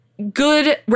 Good